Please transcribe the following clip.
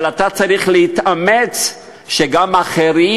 אבל אתה צריך להתאמץ שגם אחרים,